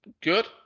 good